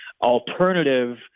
alternative